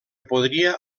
podria